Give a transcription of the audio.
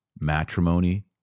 matrimony